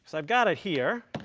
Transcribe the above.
so i've got it here.